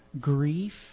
grief